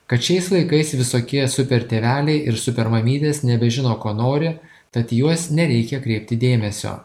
kad šiais laikais visokie super tėveliai ir super mamytės nebežino ko nori tad juos nereikia kreipti dėmesio